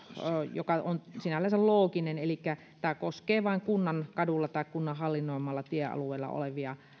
joka on sinällänsä looginen on se että tämä koskee vain kunnan kadulla tai kunnan hallinnoimalla tiealueella olevia